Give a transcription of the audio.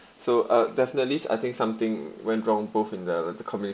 so uh definitely I think something went wrong both in the the communication and the execution